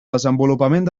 desenvolupament